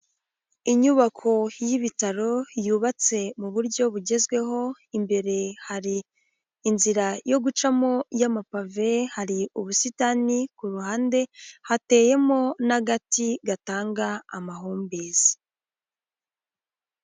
Inyubako y'ibitaro yubatse mu buryo bugezweho imbere hari inzira yo gucamo y'amapave hari ubusitani ku ruhande hateyemo n'agati gatanga amahumbezi.